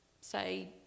say